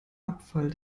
abfall